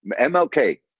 MLK